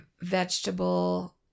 vegetable